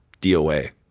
DOA